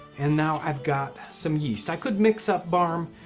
and now i've got some yeast. i could mix up barm,